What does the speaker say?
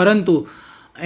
પરંતુ